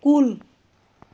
کُل